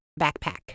backpack